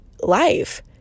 life